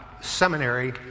seminary